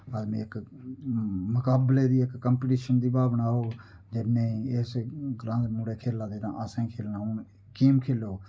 आदमी इक मकाबला दी इक कम्पीटीशन दी भावना औग जे नेईं इस ग्रां दे मुड़े खेला दे न असें खेलना हुन गेम खेलो